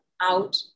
out